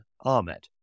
Ahmed